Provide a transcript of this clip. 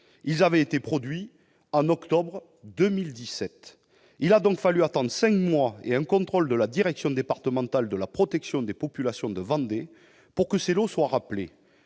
lait avaient été produits en octobre 2017, il a fallu attendre cinq mois et un contrôle de la direction départementale de la protection des populations de Vendée avant qu'ils soient rappelés.